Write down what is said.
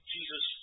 Jesus